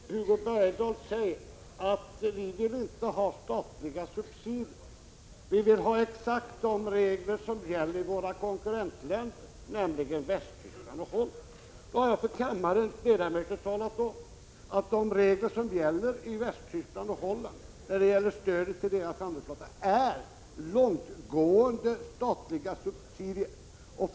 Fru talman! En sista replik. Hugo Bergdahl säger: Vi vill inte ha statliga subsidier, utan vi vill ha exakt de regler som gäller i våra konkurrentländer, nämligen Västtyskland och Holland. Då har jag för kammarens ledamöter talat om att reglerna i Västtyskland för stöd till deras handelsflotta innebär långtgående statliga subsidier.